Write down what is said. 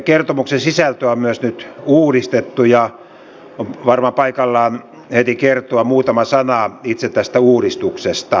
kertomuksen sisältöä on nyt myös uudistettu ja on varmaan paikallaan heti kertoa muutama sana itse tästä uudistuksesta